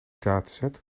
dataset